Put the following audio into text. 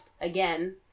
again